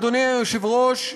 אדוני היושב-ראש,